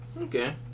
Okay